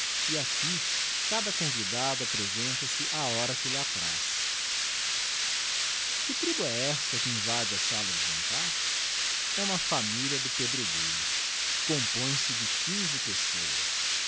e aqui cada convidado apresenta-se á hora que lhe apraz que tribu é esta que invade a sala de jantar e uma familia do pedregulho compõe-se de quinze pessoas